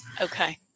Okay